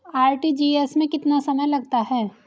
RTGS में कितना समय लगता है?